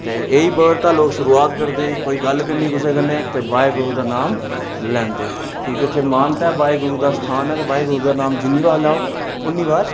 ते एह् ही वर्ड दा लोग शुरूआत करदे कोई गल्ल करनी कुसै कन्नै ते वाहेगुरू दा नांऽ लैंदे क्योंकि उत्थै मानता ऐ वाहेगुरू दा स्थान ऐ ते वाहेगुरू दा नांऽ जिन्नी बार लैओ उन्नी बार